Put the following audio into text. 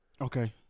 Okay